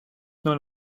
dans